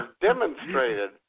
demonstrated